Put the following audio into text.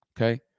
okay